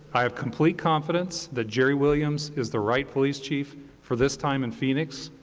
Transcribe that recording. i have complete confidence that jeri williams is the right police chief for this time in phoenix,